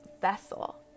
vessel